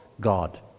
God